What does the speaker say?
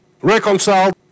Reconciled